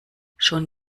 schon